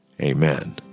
amen